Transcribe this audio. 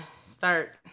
start